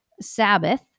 Sabbath